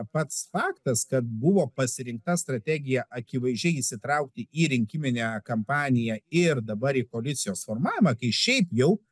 pats faktas kad buvo pasirinkta strategija akivaizdžiai įsitraukti į rinkiminę kampaniją ir dabar į koalicijos formavimą kai šiaip jau